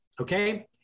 okay